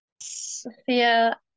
Sophia